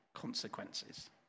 consequences